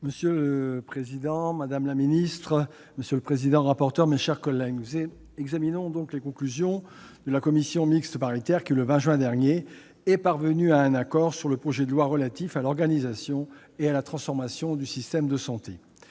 Monsieur le président, madame la ministre, mes chers collègues, nous examinons les conclusions de la commission mixte paritaire qui, le 20 juin dernier, est parvenue à un accord sur le projet de loi relatif à l'organisation et à la transformation du système de santé.